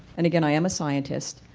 and again, i'm a scientist,